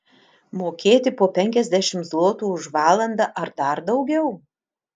mokėti po penkiasdešimt zlotų už valandą ar dar daugiau